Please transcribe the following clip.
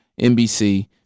NBC